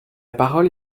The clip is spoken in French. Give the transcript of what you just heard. parole